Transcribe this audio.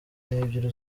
n’ebyiri